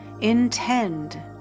intend